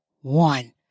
one